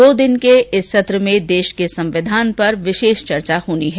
दो दिन के इस सत्र में देष के संविधान पर विषेष चर्चा होनी है